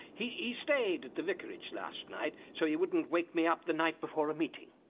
he he stayed at the vicarage last night so he wouldn't wake me up the night before a meeting.